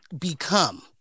become